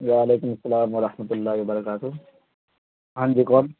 وعلیکم السلام میں رکھمت اللہ بڑکاتات ہاں جی کون